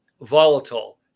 volatile